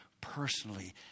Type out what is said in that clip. personally